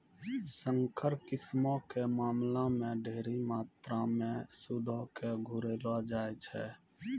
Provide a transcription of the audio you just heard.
संकर किस्मो के मामला मे ढेरी मात्रामे सूदो के घुरैलो जाय छै